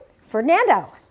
Fernando